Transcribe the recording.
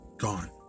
Gone